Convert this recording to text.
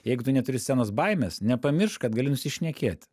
jeigu tu neturi scenos baimės nepamiršk kad gali nusišnekėti